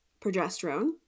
progesterone